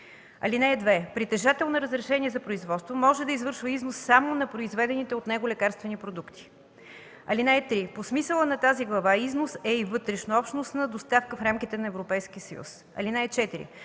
(2) Притежател на разрешение за производство може да извършва износ само на произведените от него лекарствени продукти. (3) По смисъла на тази глава износ е и вътреобщностна доставка в рамките на Европейския съюз. (4)